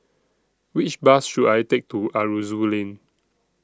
Which Bus should I Take to Aroozoo Lane